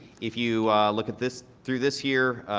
if you look at this, through this here,